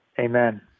Amen